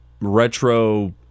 retro